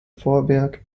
vorwerk